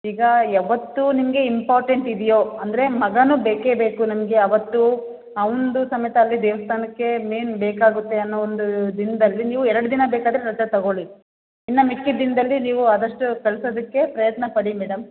ಈಗ ಯಾವತ್ತು ನಿಮ್ಗೆ ಇಂಪಾರ್ಟೆಂಟ್ ಇದೆಯೋ ಅಂದರೆ ಮಗನು ಬೇಕೇ ಬೇಕು ನಮಗೆ ಆವತ್ತು ಅವನ್ದು ಸಮೇತ ಅಲ್ಲಿ ದೇವಸ್ಥಾನಕ್ಕೆ ಮೇನ್ ಬೇಕಾಗುತ್ತೆ ಅನ್ನೋ ಒಂದು ದಿನದಲ್ಲಿ ನೀವು ಎರಡು ದಿನ ಬೇಕಾದ್ರೆ ರಜಾ ತೊಗೊಳ್ಳಿ ಇನ್ನು ಮಿಕ್ಕಿದ ದಿನದಲ್ಲಿ ನೀವು ಆದಷ್ಟು ಕಳಿಸೊದಕ್ಕೆ ಪ್ರಯತ್ನ ಪಡಿ ಮೇಡಮ್